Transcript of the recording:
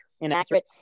inaccurate